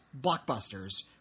blockbusters